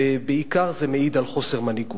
ובעיקר זה מעיד על חוסר מנהיגות.